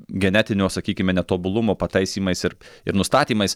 genetinio sakykime netobulumo pataisymais ir ir nustatymais